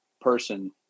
person